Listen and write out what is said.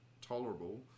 tolerable